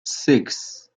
six